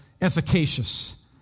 efficacious